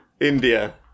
India